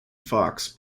fox